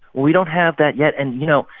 we don't have that yet. and, you know,